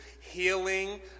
healing